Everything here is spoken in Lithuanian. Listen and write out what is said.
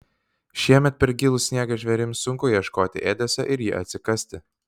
šiemet per gilų sniegą žvėrims sunku ieškoti ėdesio ir jį atsikasti